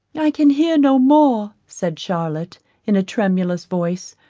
i can hear no more, said charlotte in a tremulous voice.